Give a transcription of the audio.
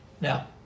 Now